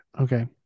okay